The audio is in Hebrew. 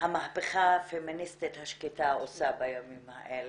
שהמהפכה הפמיניסטית השקטה עושה בימים האלה.